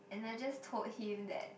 and I just told him that